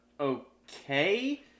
okay